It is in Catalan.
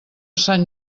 sant